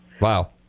Wow